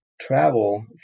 travel